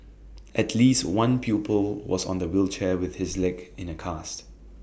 at least one pupil was on the wheelchair with his leg in A cast